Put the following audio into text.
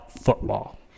football